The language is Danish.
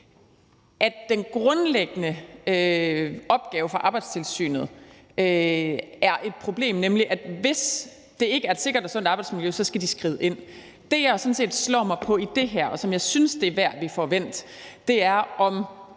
den grundlæggende opgave for Arbejdstilsynet er et problem, nemlig at hvis det ikke er et sikkert og sundt arbejdsmiljø, skal de skride ind. Det, jeg sådan set slår mig på i det her, og som jeg synes det er værd at vi får vendt, er, om